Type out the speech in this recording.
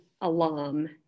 alum